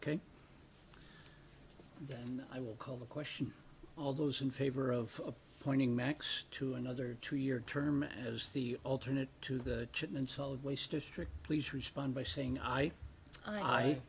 and i will call the question all those in favor of pointing max to another two year term as the alternate to the chin and solid waste district please respond by saying i i